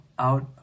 out